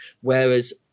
Whereas